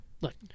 look